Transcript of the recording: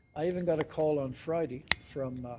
i even got a call on friday from